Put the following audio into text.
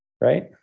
right